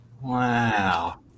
Wow